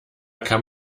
kann